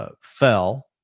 Fell